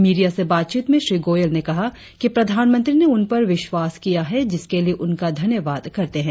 media से बातचीत में श्री गोयल ने कहा कि प्रधानमंत्री ने उन पर विश्वास किया है जिसके लिए उनका धन्यवाद करते हैं